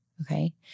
okay